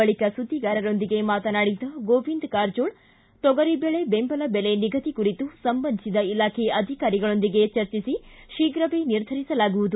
ಬಳಿಕ ಸುದ್ದಿಗಾರರೊಂದಿಗೆ ಮಾತನಾಡಿದ ಗೋವಿಂದ್ ಕಾರಜೋಳ್ ತೊಗರಿ ಬೆಳೆ ಬೆಂಬಲ ಬೆಲೆ ನಿಗದಿ ಕುರಿತು ಸಂಬಂಧಿಸಿದ ಇಲಾಖೆ ಅಧಿಕಾರಿಗಳೊಂದಿಗೆ ಚರ್ಚಿಸಿ ತೀಪ್ರವೇ ನಿರ್ಧರಿಸಲಾಗುವುದು